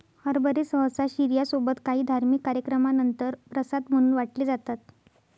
हरभरे सहसा शिर्या सोबत काही धार्मिक कार्यक्रमानंतर प्रसाद म्हणून वाटले जातात